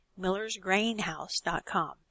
millersgrainhouse.com